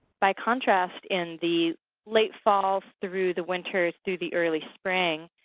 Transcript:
by contrast, in the late fall through the winter through the early spring,